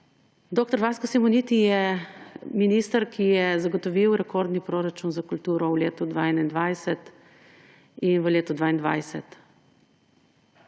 Dr. Vasko Simoniti je minister, ki je zagotovil rekorden proračun za kulturo v letu 2021 in v letu 2022.